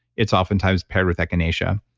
it's oftentimes paired with akinesia.